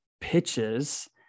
pitches